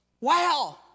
Wow